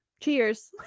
cheers